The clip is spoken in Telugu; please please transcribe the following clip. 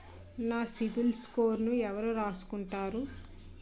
నా సిబిల్ స్కోరును ఎవరు రాసుకుంటారు